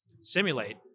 simulate